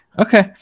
Okay